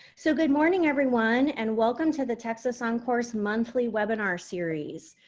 so good morning everyone, and welcome to the texas oncourse monthly webinar series.